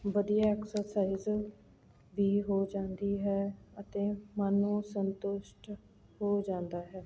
ਵਧੀਆ ਐਕਸਰਸਾਇਜ਼ ਵੀ ਹੋ ਜਾਂਦੀ ਹੈ ਅਤੇ ਮਨ ਨੂੰ ਸੰਤੁਸ਼ਟ ਹੋ ਜਾਂਦਾ ਹੈ